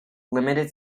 limited